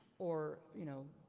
or, you know,